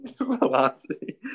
Velocity